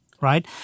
right